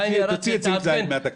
(ז) יורד.